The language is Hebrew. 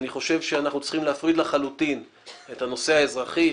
אני חושב שאנחנו צריכים להפריד את הנושא האזרחי,